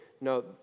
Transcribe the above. No